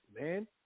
Man